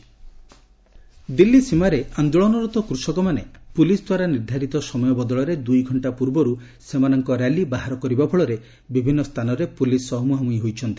କୃଷକ ଆନ୍ଦୋଳନ ଦିଲ୍ଲୀ ସୀମାରେ ଆନ୍ଦୋଳନରତ କୃଷକମାନେ ପୁଲିସ୍ ଦ୍ୱାରା ନିର୍ଦ୍ଧାରିତ ସମୟ ବଦଳରେ ଦୁଇ ଘଣ୍ଟା ପୂର୍ବରୁ ସେମାନଙ୍କ ର୍ୟାଲି ବାହାର କରିବା ଫଳରେ ବିଭିନ୍ନ ସ୍ଥାନରେ ପୁଲିସ୍ ସହ ମୁହାଁମୁହିଁ ହୋଇଛନ୍ତି